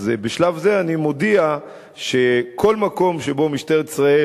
בשלב זה אני מודיע שכל מקום שבו משטרת ישראל